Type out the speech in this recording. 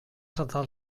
saltar